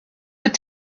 were